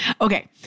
Okay